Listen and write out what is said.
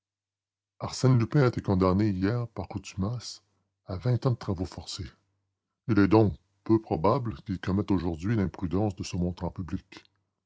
arsène lupin a été condamné hier par contumace à vingt ans de travaux forcés il est donc peu probable qu'il commette aujourd'hui l'imprudence de se montrer en public